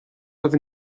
libh